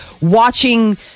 watching